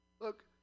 Look